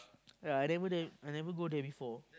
ya I never there I never go there before